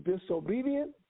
disobedient